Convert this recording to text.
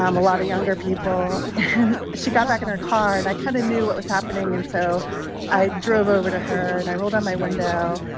um a lot of younger people. and she got back in her car and i kind of knew what was happening, and so i drove over to her, and i rolled down my window.